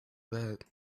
that